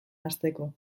hasteko